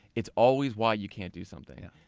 it's always why you can't do something.